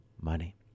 money